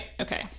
Okay